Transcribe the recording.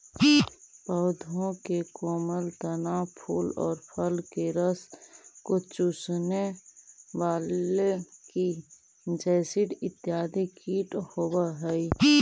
पौधों के कोमल तना, फूल और फल के रस को चूसने वाले की जैसिड इत्यादि कीट होवअ हई